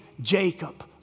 Jacob